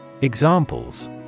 Examples